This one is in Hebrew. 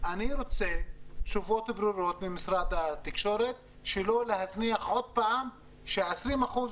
אני רוצה תשובות ברורות ממשרד התקשורת כדי שה-20 אחוזים